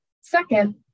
Second